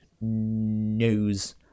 news